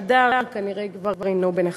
שהדר, כנראה, כבר אינו בין החיים.